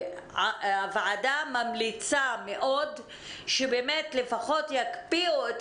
הוועדה ממליצה מאוד שלפחות יקפיאו את